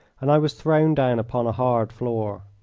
and i was thrown down upon a hard floor.